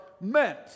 meant